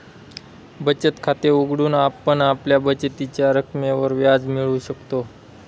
बचत खाते उघडून आपण आपल्या बचतीच्या रकमेवर व्याज मिळवू शकतो